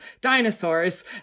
dinosaurs